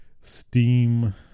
steam